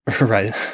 Right